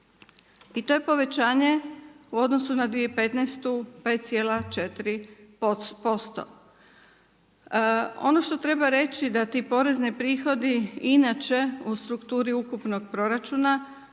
i to je povećanje u odnosu na 2015. 5,4%. Ono što treba reći da ti porezni prihodi inače u strukturi ukupnog proračuna